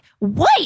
wait